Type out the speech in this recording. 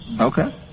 Okay